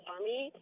Army